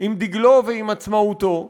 עם דגלו ועם עצמאותו.